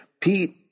Pete